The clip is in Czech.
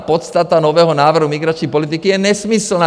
Podstata nového návrhu migrační politiky je nesmyslná.